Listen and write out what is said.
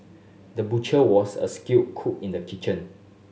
the butcher was a skilled cook in the kitchen